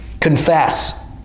Confess